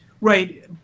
right